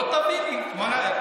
לא תביני, לא תביני.